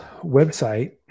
website